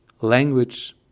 Language